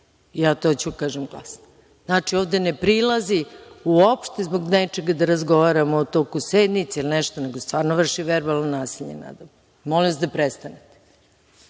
to da kažem glasno. Znači, ovde ne prilazi u opšte zbog nečega da razgovaramo o toku sednice ili nešto, već stvarno vrši verbalno nasilje nadamnom. Molim vas, da prestanete.(Saša